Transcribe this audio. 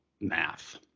math